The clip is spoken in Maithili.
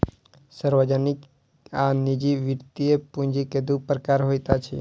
सार्वजनिक आ निजी वृति पूंजी के दू प्रकार होइत अछि